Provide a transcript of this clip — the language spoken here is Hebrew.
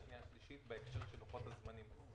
השנייה והשלישית בהקשר של לוחות הזמנים.